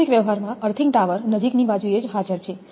વાસ્તવિક વ્યવહારમાં earthing tower નજીકની બાજુએ જ હાજર છે